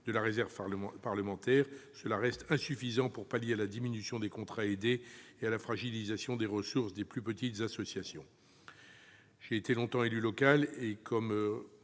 de la réserve parlementaire, mais cela reste insuffisant pour pallier la diminution des contrats aidés et la fragilisation des ressources des plus petites associations. J'ai été longtemps élu local, et j'ai